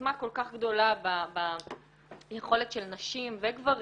עוצמה כל כך גדולה ביכולת של נשים וגברים